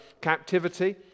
captivity